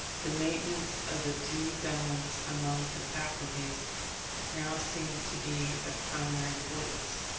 the maintenance of a due balance among the faculties now seemed to be of primary importance.